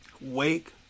Wake